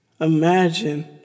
Imagine